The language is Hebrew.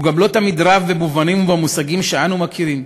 הוא גם לא תמיד רב במובנים ובמושגים שאנו מכירים.